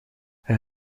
hij